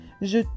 je